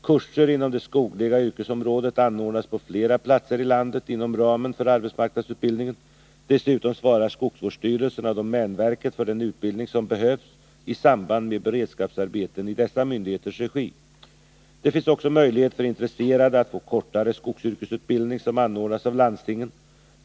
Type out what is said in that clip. Kurser inom det skogliga yrkesområdet anordnas på flera platser i landet inom ramen för arbetsmarknadsutbildningen. Dessutom svarar skogsvårdsstyrelserna och domänverket för den utbildning som behövs i samband med beredskapsarbeten i dessa myndigheters regi. Det finns också möjlighet för intresserade att få kortare skogsyrkesutbildning som anordnas av landstingen.